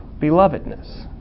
belovedness